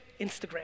Instagram